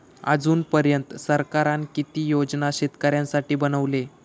अजून पर्यंत सरकारान किती योजना शेतकऱ्यांसाठी बनवले?